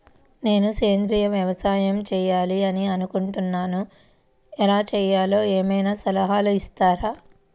నేను సేంద్రియ వ్యవసాయం చేయాలి అని అనుకుంటున్నాను, ఎలా చేయాలో ఏమయినా సలహాలు ఇస్తారా?